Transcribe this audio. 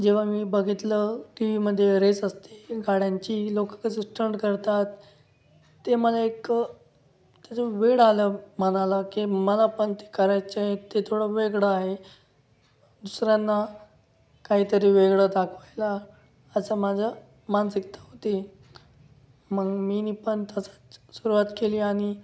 जेव्हा मी बघितलं टिविमध्ये रेस असते गाड्यांची लोकं कसं स्टंट करतात ते मला एक त्याचं वेड आलं मानाला की मला पण ते करायचं आहे ते थोडं वेगळं आहे दुसऱ्यांना काहीतरी वेगळं दाखवायला असं माझं मानसिकता होती मग मी पण तसंच सुरुवात केली आणि